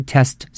Test